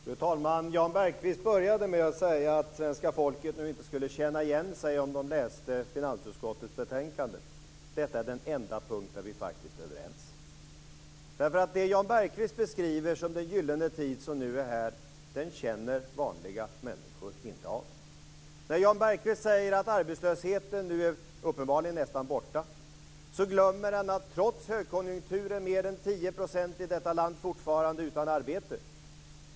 Fru talman! Jan Bergqvist började med att säga att svenska folket nog inte skulle känna igen sig om det läste finansutskottets betänkande. Detta är den enda punkt där vi faktiskt är överens. Det Jan Bergqvist beskriver som den gyllene tid som nu är här känner vanliga människor inte av. När Jan Bergqvist säger att arbetslösheten nu uppenbarligen är nästan borta glömmer han att trots högkonjunktur är mer än 10 % i detta land fortfarande utan arbete.